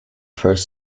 first